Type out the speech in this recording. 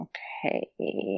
Okay